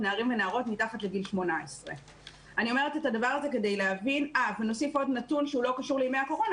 נערים ונערות מתחת לגיל 18. נוסיף עוד נתון שהוא לא קשור לימי הקורונה,